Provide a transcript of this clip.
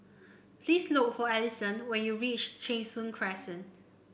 please look for Allyson when you reach Cheng Soon Crescent